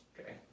okay